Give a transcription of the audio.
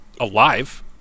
alive